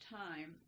time